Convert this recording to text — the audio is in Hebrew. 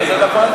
אז זה לוועדה.